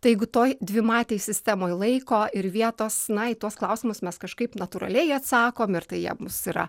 tai jeigu to dvimatėj sistemoj laiko ir vietos na į tuos klausimus mes kažkaip natūraliai atsakom ir tai jiems yra